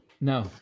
No